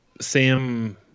sam